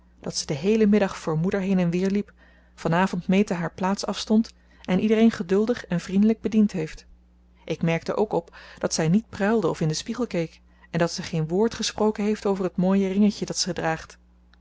dat ze den heelen middag voor moeder heen en weer liep van avond meta haar plaats afstond en iedereen geduldig en vriendelijk bediend heeft ik merkte ook op dat zij niet pruilde of in den spiegel keek en dat ze geen woord gesproken heeft over het mooie ringetje dat ze draagt